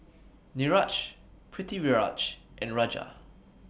Niraj Pritiviraj and Raja